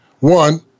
One